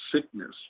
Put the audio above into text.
sickness